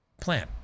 plan